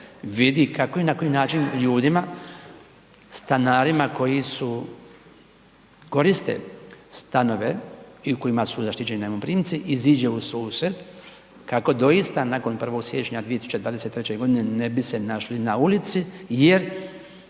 vidi kako i na koji način ljudima, stanarima koji su koriste stanove i u kojima su zaštićeni najmoprimci iziđe ususret kako doista nakon 1. siječnja 2023. godine ne bi se našli na ulici jer